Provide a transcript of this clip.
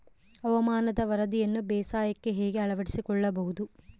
ಹವಾಮಾನದ ವರದಿಯನ್ನು ಬೇಸಾಯಕ್ಕೆ ಹೇಗೆ ಅಳವಡಿಸಿಕೊಳ್ಳಬಹುದು?